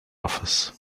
office